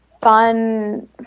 fun